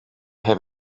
have